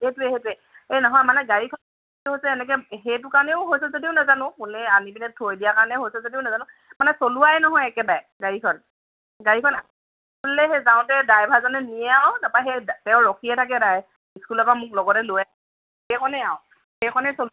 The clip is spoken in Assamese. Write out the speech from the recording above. সেইটোৱে সেইটোৱে এই নহয় মানে গাড়ীখন হৈছে এনেকে সেইটো কাৰণেও হৈছে যদিও নাজানো কোনে আনি পিনে থৈ দিয়াৰ কাৰণে হৈছে যদিও নেজানো মানে চলোৱাই নহয় একেবাৰে গাড়ীখন গাড়ীখন সেই যাওঁতে ড্ৰাইভাৰজনে নিয়ে আৰু তাপা সেই তেওঁ ৰখিয়ে থাকে তাই স্কুলৰ পৰা মোক লগতে লৈ আহে সেই কণেই আৰু সেই কণেই চলো